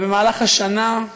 אבל במהלך השנה,